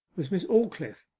was miss aldclyffe,